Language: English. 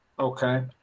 Okay